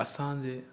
असांजे